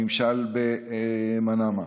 בממשל במנאמה.